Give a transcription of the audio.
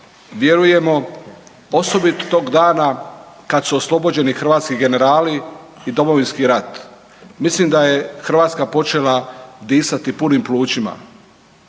vjerujemo osobito tog dana kad su oslobođeni hrvatski generali i Domovinski rat. Mislim da je Hrvatska počela disati punim plućima.